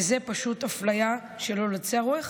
וזו אפליה שלא לצורך.